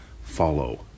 follow